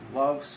love